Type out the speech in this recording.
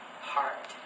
heart